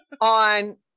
on